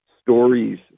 stories